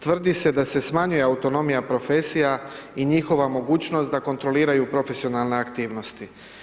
Tvrdi se da se smanjuje autonomija profesija i njihova mogućnost da kontroliraju profesionalne aktivnosti.